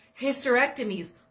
hysterectomies